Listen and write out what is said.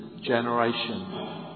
generation